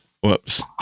Whoops